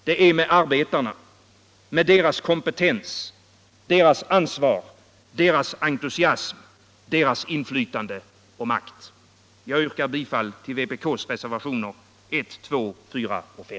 Det är med arbetarna. Med deras kompetens. Deras ansvar. Deras entusiasm. Och med deras inflytande och makt. Jag yrkar bifall till vpk:s reservationer 1, 2, 4 och §5.